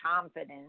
confidence